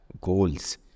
goals